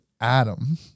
Adam